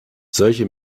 solche